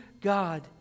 God